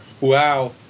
Wow